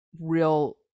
real